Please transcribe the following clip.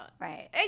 right